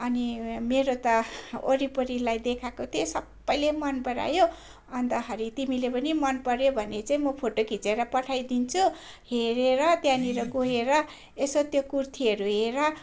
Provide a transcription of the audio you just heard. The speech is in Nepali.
अनि मेरो त वरिपरिलाई देखाएको थिएँ सबैले मनपरायो अन्तखेरि तिमीले पनि मनपर्यो भने चाहिँ म फोटो खिचेर पठाइदिन्छु हेरेर त्यहाँनिर गएर यसो त्यो कुर्तीहरू हेर